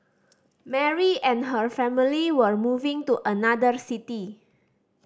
Mary and her family were moving to another city